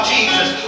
Jesus